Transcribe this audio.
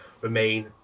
remain